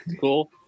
Cool